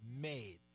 made